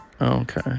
okay